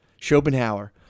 Schopenhauer